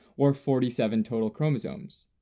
or forty seven total chromosomes.